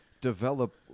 develop